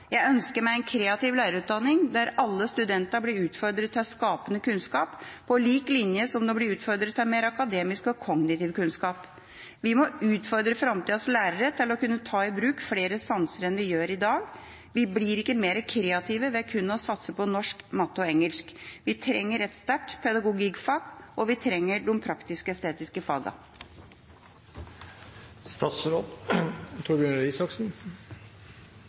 Jeg ønsker meg en kreativ lærerutdanning, der alle studentene blir utfordret til skapende kunnskap på lik linje med at de blir utfordret til mer akademisk og kognitiv kunnskap. Vi må utfordre framtidas lærere til å kunne ta i bruk flere sanser enn vi gjør i dag. Vi blir ikke mer kreative ved kun å satse på norsk, matte og engelsk. Vi trenger et sterkt pedagogikkfag, og vi trenger